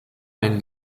ein